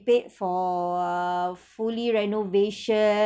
paid for err fully renovations